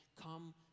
Come